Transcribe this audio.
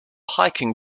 hiking